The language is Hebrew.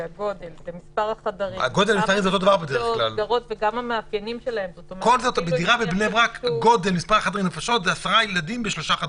זה גם מספר החדרים --- דירה בבני ברק זה עשרה ילדים בשלושה חדרים.